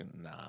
nah